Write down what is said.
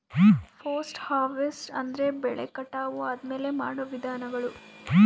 post harvest ಅಂದ್ರೆ ಬೆಳೆ ಕಟಾವು ಆದ್ಮೇಲೆ ಮಾಡೋ ವಿಧಾನಗಳು